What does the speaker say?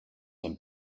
and